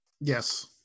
Yes